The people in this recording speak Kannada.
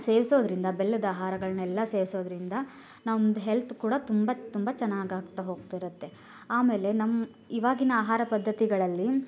ಸೇವಿಸೋದರಿಂದ ಬೆಲ್ಲದ ಆಹಾರಗಳನ್ನೆಲ್ಲ ಸೇವಿಸೋದರಿಂದ ನಮ್ಮದು ಹೆಲ್ತ್ ಕೂಡ ತುಂಬ ತುಂಬ ಚೆನ್ನಾಗಿ ಆಗ್ತಾ ಹೋಗ್ತಿರತ್ತೆ ಆಮೇಲೆ ನಮ್ಮ ಇವಾಗಿನ ಆಹಾರ ಪದ್ಧತಿಗಳಲ್ಲಿ